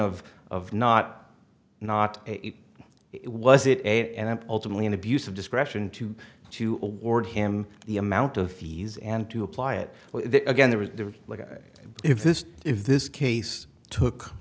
of of not not it was it and ultimately an abuse of discretion to to award him the amount of fees and to apply it again there was very little if this if this case took